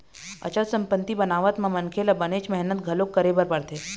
अचल संपत्ति बनावत म मनखे ल बनेच मेहनत घलोक करे बर परथे